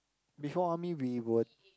before army we were